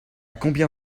combien